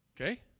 Okay